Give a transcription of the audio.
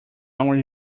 our